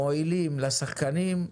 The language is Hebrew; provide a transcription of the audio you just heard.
מועילים לשחקנים,